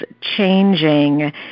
changing